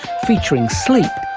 featuring sleep,